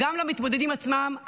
גם למתמודדים עצמם,